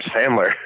Sandler